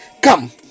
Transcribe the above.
Come